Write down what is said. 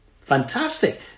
fantastic